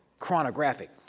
chronographic